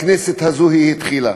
בכנסת הזאת היא התחילה.